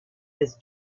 his